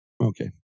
Okay